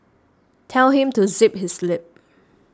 tell him to zip his lip